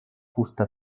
fusta